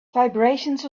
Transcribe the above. vibrations